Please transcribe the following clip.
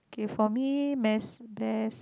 K for me mess best